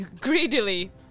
greedily